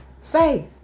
Faith